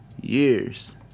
Years